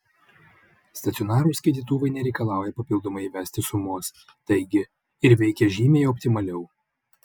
stacionarūs skaitytuvai nereikalauja papildomai įvesti sumos taigi ir veikia žymiai optimaliau